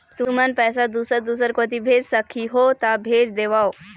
तुमन पैसा दूसर दूसर कोती भेज सखीहो ता भेज देवव?